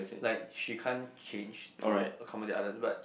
like she can't change to accommodate other but